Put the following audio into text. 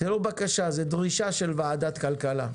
זה לא בקשה, זה דרישה של ועדת הכלכלה.